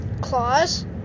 Claws